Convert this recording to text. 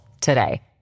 today